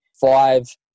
five